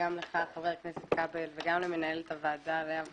גם לך חבר הכנסת כבל וגם למנהלת הוועדה לאה ורון.